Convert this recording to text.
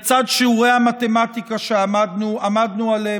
בצד שיעורי המתמטיקה שעמדנו עליהם.